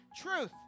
truth